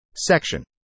section